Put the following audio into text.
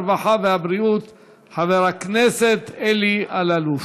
הרווחה והבריאות חבר הכנסת אלי אלאלוף.